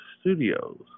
Studios